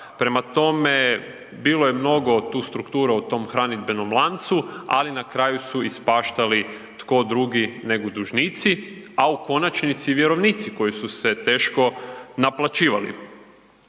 prema tome, bilo je mnogo tu struktura u tom hranidbenom lancu, ali na kraju su ispaštali, tko drugi nego dužnici, a u konačnici, vjerovnici koji su se teško naplaćivali.